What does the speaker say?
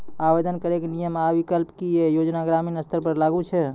आवेदन करैक नियम आ विकल्प? की ई योजना ग्रामीण स्तर पर लागू छै?